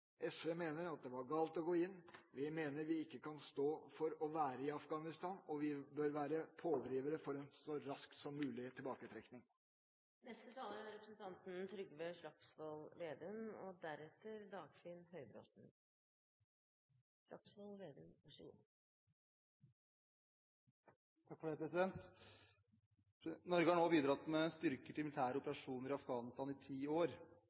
SV mener at det var galt å gå inn. Vi mener vi ikke kan stå for å være i Afghanistan, og vi bør være pådrivere for en så rask som mulig tilbaketrekking. Norge har bidratt med styrker til militære operasjoner i Afghanistan i ti år. For å forstå bakgrunnen for denne beslutningen er det helt nødvendig å gå tilbake til